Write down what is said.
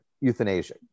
euthanasia